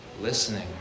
listening